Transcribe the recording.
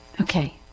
Okay